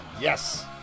Yes